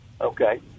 Okay